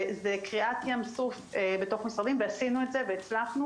זה קריעת ים סוף בתוך המשרדים ועשינו את זה והצלחנו